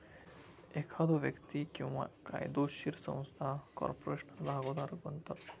एखादो व्यक्ती किंवा कायदोशीर संस्था कॉर्पोरेशनात भागोधारक बनता